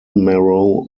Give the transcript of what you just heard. marrow